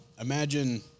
imagine